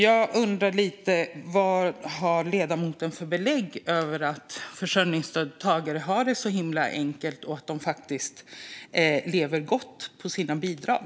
Jag undrar vad ledamoten har för belägg för att försörjningsstödstagare har det så himla enkelt och faktiskt lever gott på sina bidrag.